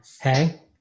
Hey